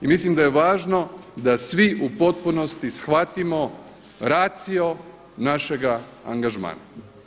I mislim da je važno da svi u potpunosti shvatimo ratio našega angažmana.